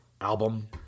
Album